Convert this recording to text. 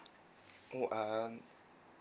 oh um